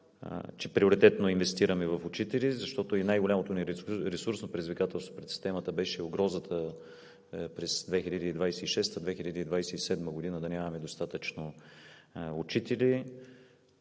че приоритетно инвестираме в учители, защото най-голямото ресурсно предизвикателство на системата беше угрозата през 2026 – 2027 г. да нямаме достатъчно учители.